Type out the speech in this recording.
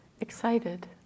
excited